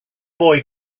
boy